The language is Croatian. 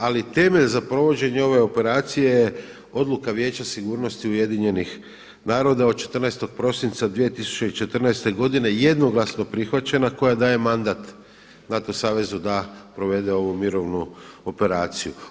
Ali temelj za provođenje ove operacije je Odluka Vijeća sigurnosti UN-a od 14. prosinca 2014. godine jednoglasno prihvaćena koja daje mandat NATO savezu da provede ovu mirovinu operaciju.